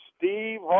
Steve